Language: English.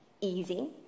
easy